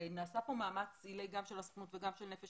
ונעשה כאן מאמץ עילאי גם של הסוכנות וגם של "נפש